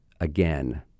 again